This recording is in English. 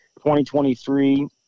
2023